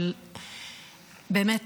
באמת,